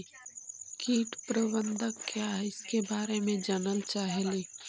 कीट प्रबनदक क्या है ईसके बारे मे जनल चाहेली?